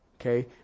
Okay